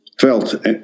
felt